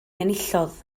enillodd